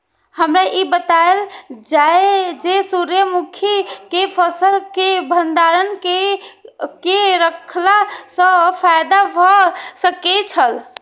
हमरा ई बतायल जाए जे सूर्य मुखी केय फसल केय भंडारण केय के रखला सं फायदा भ सकेय छल?